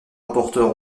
rapporteur